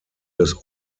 des